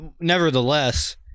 nevertheless